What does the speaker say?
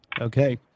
okay